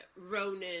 Ronan